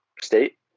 state